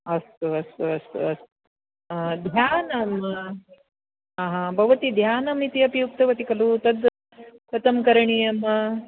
अस्तु अस्तु अस्तु अस्तु ध्यानम् भवती ध्यानम् इत्यपि उक्तवती खलु तद् कथं करणीयम्